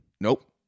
Nope